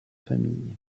famille